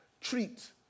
treat